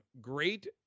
great